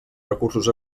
recursos